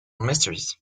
mysteries